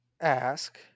ask